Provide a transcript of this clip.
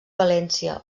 valència